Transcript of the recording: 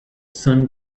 sun